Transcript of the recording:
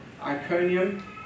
Iconium